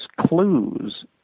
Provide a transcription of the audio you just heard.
clues